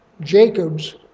Jacob's